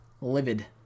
livid